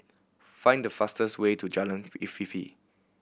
find the fastest way to Jalan Afifi